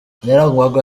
yarangwaga